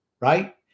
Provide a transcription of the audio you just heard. right